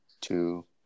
two